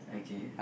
okay